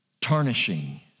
tarnishing